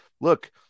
look